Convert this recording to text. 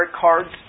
cards